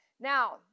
Now